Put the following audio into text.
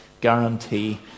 guarantee